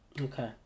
Okay